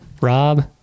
Rob